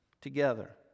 together